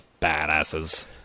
badasses